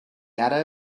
ara